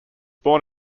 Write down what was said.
born